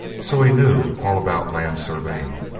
so he knew all about land surveying.